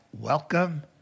welcome